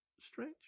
strange